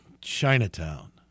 Chinatown